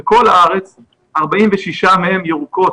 בכל הארץ, 46 מהן ירוקות.